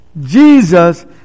Jesus